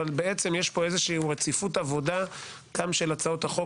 אבל בעצם יש פה איזושהי רציפות עבודה גם של הצעות החוק